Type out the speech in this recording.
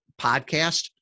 podcast